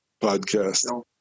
podcast